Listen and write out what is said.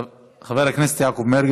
חבר הכנסת יעקב מרגי,